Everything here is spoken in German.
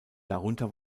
darunter